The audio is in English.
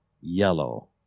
yellow